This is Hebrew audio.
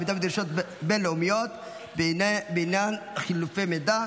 חרבות ברזל) (חופשה מיוחדת לאסיר),